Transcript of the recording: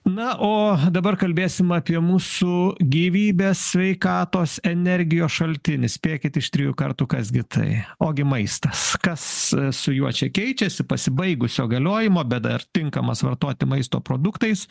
na o dabar kalbėsim apie mūsų gyvybę sveikatos energijos šaltinį spėkit iš trijų kartų kas gi tai ogi maistas kas su juo čia keičiasi pasibaigusio galiojimo bet ar tinkamas vartoti maisto produktais